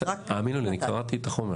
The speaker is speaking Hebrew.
האמינו לי, אני קראתי את החומר.